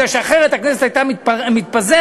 כי אחרת הכנסת הייתה מתפזרת,